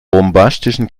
bombastischen